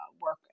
work